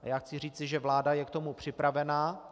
Já chci říci, že vláda je k tomu připravena.